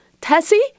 Tessie